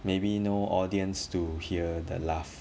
maybe no audience to hear the laugh